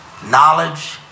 knowledge